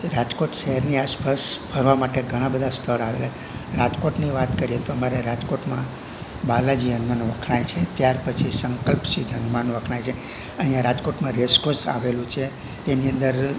રાજકોટ શહેરની આસપાસ ફરવા માટે ઘણાં બધાં સ્થળ આવેલાં રાજકોટની વાત કરીએ તો અમારે રાજકોટમાં બાલાજી હનુમાન વખણાય છે ત્યાર પછી સંકલ્પ સિદ્ધ હનુમાન વખણાય છે અહીંયા રાજકોટમાં રેસ કોસ આવેલું છે તેની અંદર